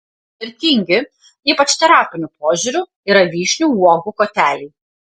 vertingi ypač terapiniu požiūriu yra vyšnių uogų koteliai